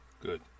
good